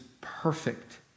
perfect